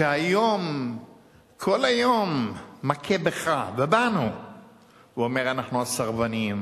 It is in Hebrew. שהיום כל היום מכה בך ובנו ואומר: אנחנו הסרבנים,